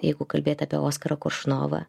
jeigu kalbėti apie oskarą koršunovą